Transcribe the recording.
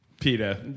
PETA